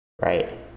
Right